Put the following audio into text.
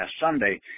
Sunday